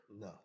No